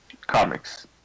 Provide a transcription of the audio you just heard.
Comics